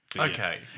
Okay